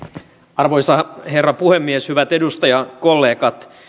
arvoisa herra puhemies hyvät edustajakollegat